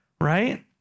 Right